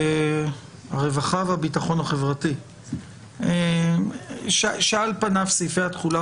הרווחה והביטחון החברתי שעל פניו סעיפי התחולה